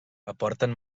aporten